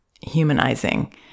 humanizing